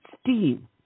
steam